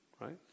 Right